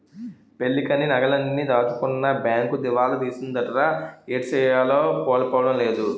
పెళ్ళికని నగలన్నీ దాచుకున్న బేంకు దివాలా తీసిందటరా ఏటిసెయ్యాలో పాలుపోడం లేదు